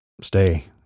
Stay